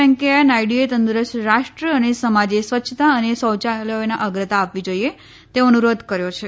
વેંકૈયા નાયડુએ તંદુરસ્ત રાષ્ટ્ર અને સમાજે સ્વચ્છતા અને શૌચાલયોને અગ્રતા આપવી જોઈએ તેવો અનુરોધ કર્યો છે